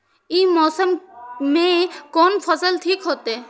ई मौसम में कोन फसल ठीक होते?